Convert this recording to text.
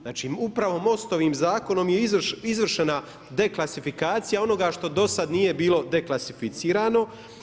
Znači upravo MOST-ovim zakonom je izvršena deklasifikacija onoga što do sada nije bilo deklasificirano.